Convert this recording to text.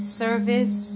service